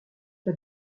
pas